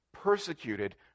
persecuted